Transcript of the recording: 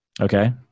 Okay